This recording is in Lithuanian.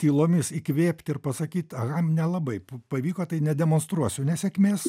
tylomis įkvėpti ir pasakyt aha nelabai pavyko tai nedemonstruosiu nesėkmės